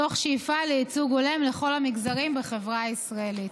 תוך שאיפה לייצוג הולם לכל המגזרים בחברה הישראלית.